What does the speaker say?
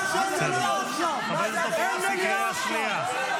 עד השעה 15:00. אין מליאה עכשיו.